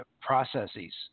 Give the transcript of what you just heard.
processes